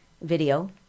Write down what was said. video